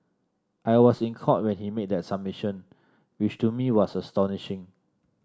I was in Court when he made that submission which to me was astonishing